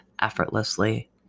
effortlessly